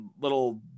little